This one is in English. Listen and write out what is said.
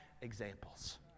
examples